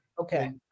Okay